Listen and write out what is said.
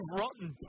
rotten